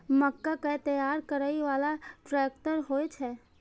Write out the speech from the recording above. मक्का कै तैयार करै बाला ट्रेक्टर होय छै?